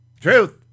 Truth